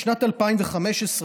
בשנת 2015,